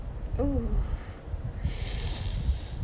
oo